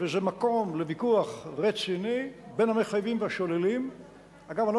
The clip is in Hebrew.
וזה מקום לוויכוח רציני בין המחייבים לבין השוללים,